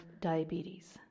diabetes